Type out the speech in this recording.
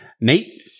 Nate